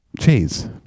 Cheese